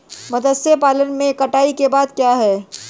मत्स्य पालन में कटाई के बाद क्या है?